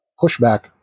pushback